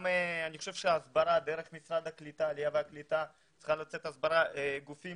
אני חושב שצריכה להיעשות הסברה דרך משרד העלייה והקליטה לגבי גופים